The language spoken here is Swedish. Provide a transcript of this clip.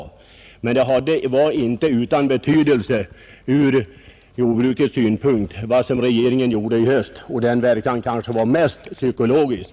Men vad regeringen gjorde i höstas var inte utan betydelse ur jordbrukets synpunkt, och verkan var kanske mest psykologisk.